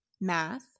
Math